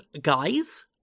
guys